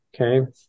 Okay